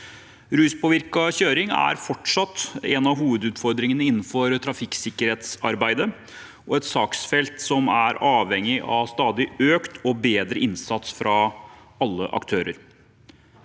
Ruspåvirket kjøring er fortsatt en av hovedutfordringene innenfor trafikksikkerhetsarbeidet og et saksfelt som er avhengig av stadig økt og bedre innsats fra alle aktører.